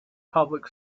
public